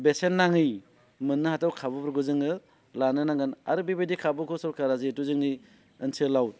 बेसेन नाङै मोननो हाथाव खाबुफोरखौ जोङो लानो नांगोन आरो बेबायदि खाबुखौ सरखारा जिहेथु जोंनि ओनसोलाव